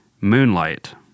Moonlight